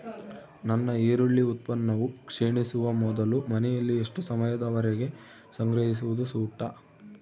ನನ್ನ ಈರುಳ್ಳಿ ಉತ್ಪನ್ನವು ಕ್ಷೇಣಿಸುವ ಮೊದಲು ಮನೆಯಲ್ಲಿ ಎಷ್ಟು ಸಮಯದವರೆಗೆ ಸಂಗ್ರಹಿಸುವುದು ಸೂಕ್ತ?